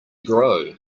grow